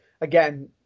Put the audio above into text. again